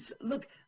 Look